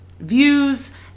views